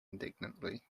indignantly